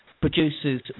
produces